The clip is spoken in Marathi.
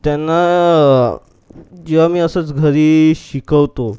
त्यांना जेव्हा मी असंच घरी शिकवतो